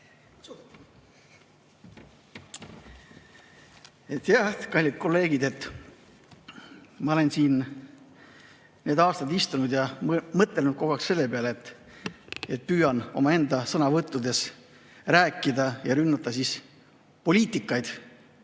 palun! Kallid kolleegid! Ma olen siin need aastad istunud ja mõtelnud kogu aeg selle peale, et püüan omaenda sõnavõttudes rääkida ja rünnata poliitikaid,